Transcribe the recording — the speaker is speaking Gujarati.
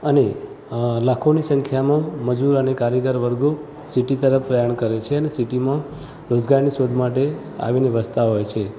અને લાખોની સંખ્યામાં મજૂર અને કારીગર વર્ગો સિટી તરફ પ્રયાણ કરે છે અને સીટીમાં રોજગારની શોધ માટે આવીને વસતાં હોય છે